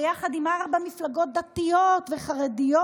ביחד עם ארבע מפלגות דתיות וחרדיות,